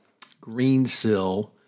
Greensill